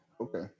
Okay